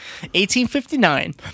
1859